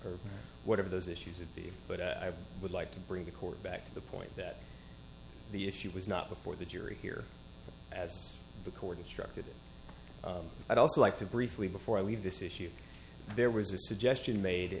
man or whatever those issues would be but i would like to bring the court back to the point that the issue was not before the jury here as the court destructed i'd also like to briefly before i leave this issue there was a suggestion made